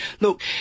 look